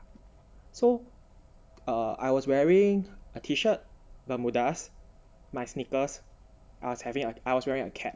so uh I was wearing a T shirt bermudas my sneakers I was having uh I was wearing a cap